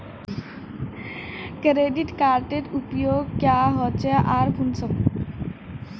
Credit कार्डेर उपयोग क्याँ होचे आर कुंसम?